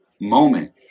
moment